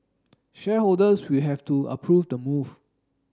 shareholders will have to approve the move